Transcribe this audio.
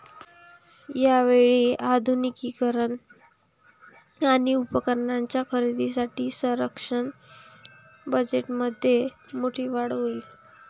यावेळी आधुनिकीकरण आणि उपकरणांच्या खरेदीसाठी संरक्षण बजेटमध्ये मोठी वाढ होईल